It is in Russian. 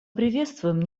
приветствуем